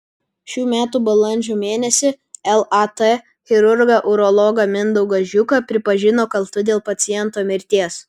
šių metų balandžio mėnesį lat chirurgą urologą mindaugą žiuką pripažino kaltu dėl paciento mirties